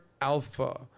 alpha